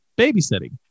babysitting